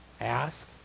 ask